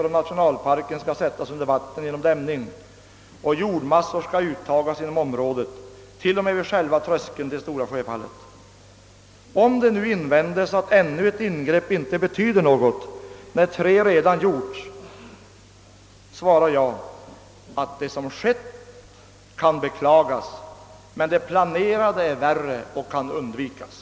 av nationalparken sätts under vatten genom dämning och jordmassor uttas inom området, t.o.m. vid själva tröskeln till Stora Sjöfallet. Om det invänds att ännu ett ingrepp inte betyder något när tre sådana redan gjorts, svarar jag att det som skett kan beklagas men att det som planeras är värre och kan undvikas.